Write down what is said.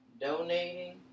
donating